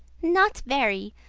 not very.